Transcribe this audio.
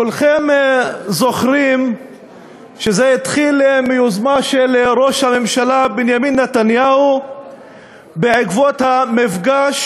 כולכם זוכרים שזה התחיל מיוזמה של ראש הממשלה בנימין נתניהו בעקבות המפגש